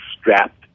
strapped